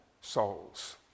souls